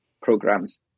programs